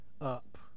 up